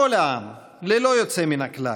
כל העם, ללא יוצא מן הכלל.